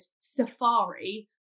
Safari